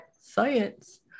science